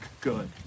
good